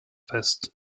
fest